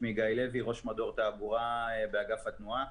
אני ראש מדור תעבורה באגף התנועה.